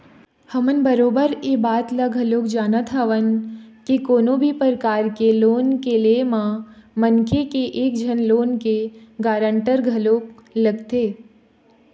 हमन बरोबर ऐ बात ल घलोक जानत हवन के कोनो भी परकार के लोन के ले म मनखे के एक झन लोन के गारंटर घलोक लगथे